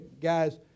guys